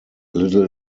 little